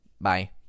Bye